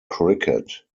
cricket